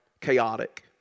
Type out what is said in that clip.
chaotic